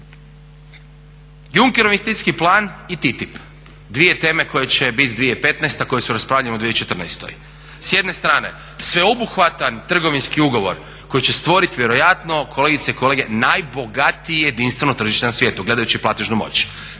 JunCker investicijski plan i TTIP, dvije teme koje će biti 2015. koje su raspravljane u 2014. S jedne strane sveobuhvatan trgovinski ugovor koji će stvoriti vjerojatno kolegice i kolege najbogatije jedinstveno tržište na svijetu gledajući platežnu moć.